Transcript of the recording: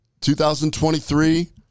2023